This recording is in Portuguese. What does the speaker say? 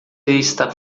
está